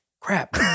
crap